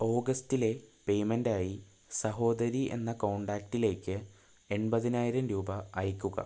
ഓഗസ്റ്റിലെ പേയ്മെൻറ്റായി സഹോദരി എന്ന കോണ്ടാക്ടിലേക്ക് എൺപതിനായിരം രൂപ അയയ്ക്കുക